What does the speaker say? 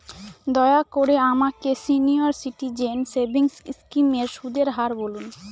দয়া করে আমাকে সিনিয়র সিটিজেন সেভিংস স্কিমের সুদের হার বলুন